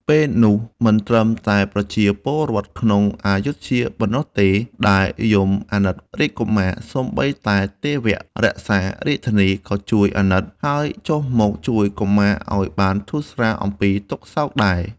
ពេលនោះមិនត្រឹម តែប្រជាពលរដ្ឋក្នុងព្ធយុធ្យាប៉ុណ្ណោះទេដែលយំអាណិតរាជកុមារ សូម្បីតែទេវៈរក្សារាជធានីក៏ជួយអាណិត ហើយចុះមកជួយកុមារឱ្យបានធូស្រាលអំពីទុក្ខសោកដែរ។